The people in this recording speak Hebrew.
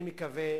אני מקווה,